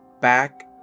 back